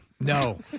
No